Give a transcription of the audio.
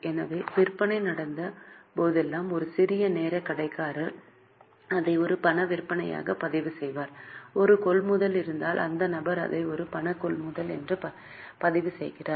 எனவே விற்பனை நடந்த போதெல்லாம் ஒரு சிறிய நேர கடைக்காரர் அதை ஒரு பண விற்பனையாக பதிவுசெய்கிறார் ஒரு கொள்முதல் இருந்தால் அந்த நபர் அதை ஒரு பண கொள்முதல் என்று பதிவு செய்கிறார்